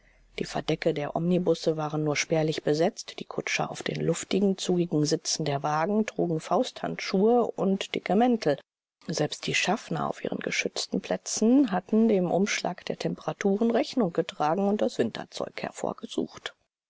die verdecke der omnibusse waren nur spärlich besetzt die kutscher auf den luftigen zugigen sitzen der wagen trugen fausthandschuhe und dicke mäntel selbst die schaffner auf ihren geschützten plätzen hatten dem umschlag der temperaturen rechnung getragen und das winterzeug hervorgesucht